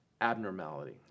abnormality